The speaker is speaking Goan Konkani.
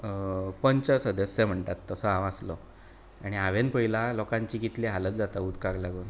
पंच सदस्य म्हणटात तसो हांव आसलो आनी हांवेन पळयलां लोकांची कितली हालत जाता उदकाक लागून